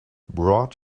brought